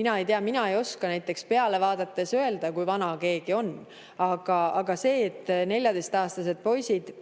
Mina ei tea, mina ei oska näiteks peale vaadates öelda, kui vana keegi on. Aga see, et 14-aastased poisid